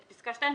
את פסקה (2),